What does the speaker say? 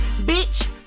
bitch